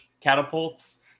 catapults